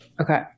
Okay